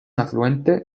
afluente